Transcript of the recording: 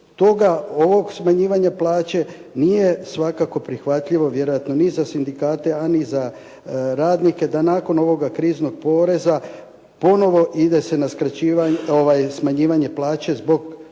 toga ovog smanjivanja plaće, nije svakako prihvatljivo vjerojatno ni za sindikate, a ni za radnike da nakon ovoga kriznog poreza ponovo ide se na smanjivanje plaće zbog skraćivanje